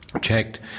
checked